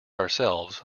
ourselves